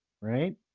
right